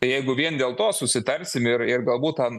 tai jeigu vien dėl to susitarsim ir ir galbūt an